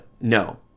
no